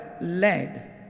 led